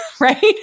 right